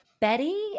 Betty